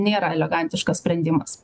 nėra elegantiškas sprendimas